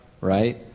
right